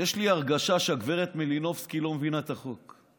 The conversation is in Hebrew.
יש לי הרגשה שהגב' מלינובסקי לא מבינה את החוק.